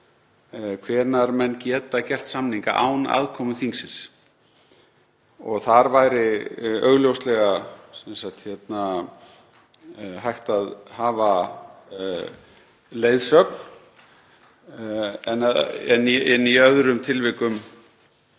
hvenær menn geta gert samninga án aðkomu þingsins. Þar væri augljóslega hægt að hafa leiðsögn en í öðrum tilvikum